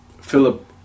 Philip